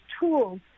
tools